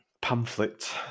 pamphlet